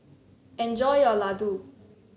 enjoy your Ladoo